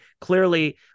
clearly